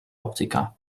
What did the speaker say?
optiker